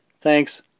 thanks